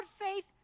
faith